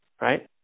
right